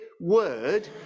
word